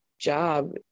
job